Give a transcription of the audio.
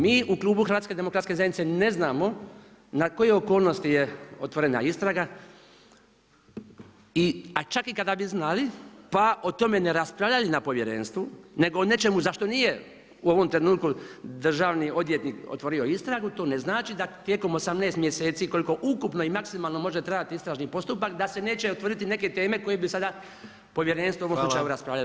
Mi u klubu HDZ-a ne znamo na koje okolnosti je otvorena istraga i čak i kada bi znali, pa o tome ne raspravljali na Povjerenstvu, nego o čemu zašto nije u ovom trenutku državni odvjetnik otvorio istragu, to ne znači da tijekom 18 mjeseci koliko ukupno i maksimalno može trajati istražni postupak, da se neće utvrditi neke teme koje bi sada Povjerenstvo u ovom slučaju raspravljalo.